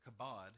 kabod